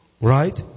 right